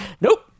nope